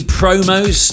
promos